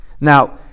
Now